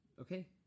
Okay